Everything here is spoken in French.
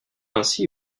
ainsi